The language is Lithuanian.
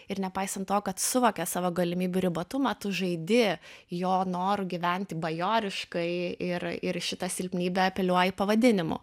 ir nepaisant to kad suvokia savo galimybių ribotumą tu žaidi jo noru gyventi bajoriškai ir ir į šitą silpnybę apeliuoji pavadinimu